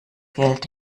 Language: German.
geld